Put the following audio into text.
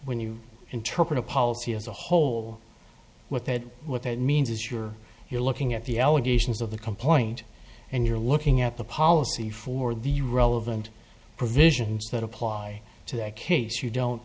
when you interpret a policy as a whole what that what that means is you're you're looking at the allegations of the complaint and you're looking at the policy for the relevant provisions that apply to that case you don't